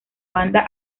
banda